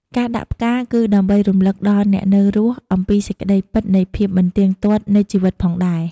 ការដាក់ផ្កា គឺដើម្បីរំលឹកដល់អ្នកនៅរស់អំពីសេចក្តីពិតនៃភាពមិនទៀងទាត់នៃជីវិតផងដែរ។